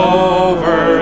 over